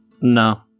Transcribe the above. No